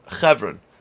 Chevron